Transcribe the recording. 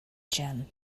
gym